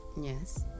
Yes